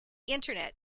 internet